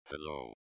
Hello